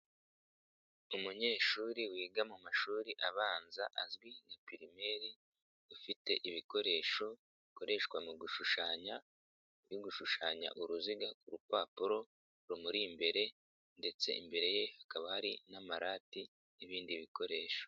Umunyeshuri wiga mu mashuri abanza azwi nka pirimeri, ufite ibikoresho bikoreshwa mu gushushanya, uri gushushanya uruziga ku rupapuro rumuri imbere ndetse imbere ye hakaba hari n'amarati n'ibindi bikoresho.